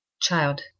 child